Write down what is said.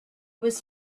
was